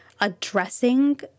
addressing